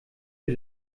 für